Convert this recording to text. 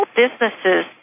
businesses